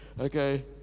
Okay